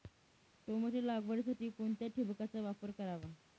Tomato लागवडीसाठी कोणत्या ठिबकचा वापर करावा?